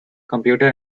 computer